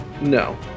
no